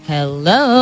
Hello